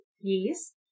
Yes